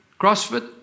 CrossFit